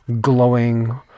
glowing